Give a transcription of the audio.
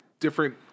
Different